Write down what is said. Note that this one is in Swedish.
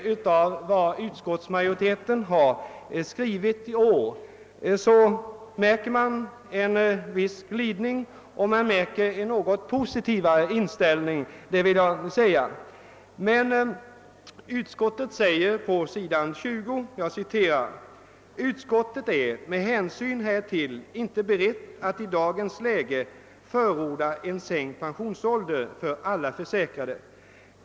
När vi tar del av utskottets skrivning i år märker vi en viss glidning och en något positivare inställning — det vill jag medge. Men utskottet skriver på s. 20 i sitt utlåtande: »Utskottet är med hänsyn härtill inte berett att i dagens läge förorda en sänkt pensionsålder för alla försäkrade.